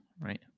right